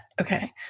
Okay